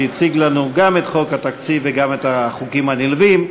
שהציג לנו גם את חוק התקציב וגם את החוקים הנלווים.